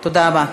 תודה רבה.